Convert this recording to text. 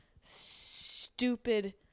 stupid